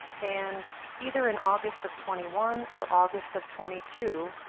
and either in august of twenty one or august of twenty two,